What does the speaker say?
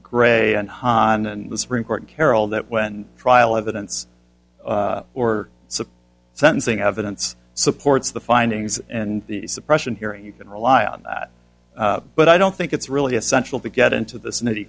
gray and hahn and the supreme court carol that when trial evidence or supply sentencing evidence supports the findings and the suppression hearing you can rely on that but i don't think it's really essential to get into this nitty